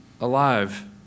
alive